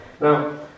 Now